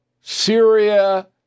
Syria